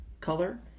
color